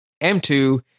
M2